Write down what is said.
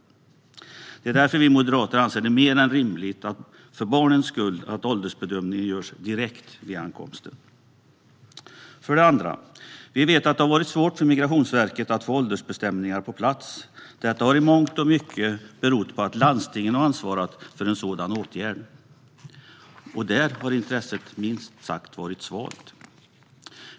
Det är därför vi moderater anser det mer än rimligt, för barnens skull, att åldersbedömningen görs direkt vid ankomsten. För det andra vet vi att det har varit svårt för Migrationsverket att få åldersbestämningar på plats. Detta har i mångt och mycket berott på att landstingen har ansvarat för sådana åtgärder, och där har intresset - minst sagt - varit svalt.